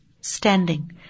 standing